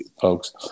folks